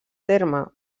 terme